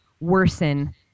worsen